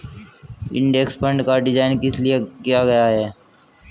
Index fund का design किस लिए किया गया है?